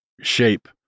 shape